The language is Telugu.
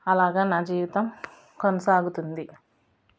అలాగ నా జీవితం కొనసాగుతుంది